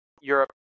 Europe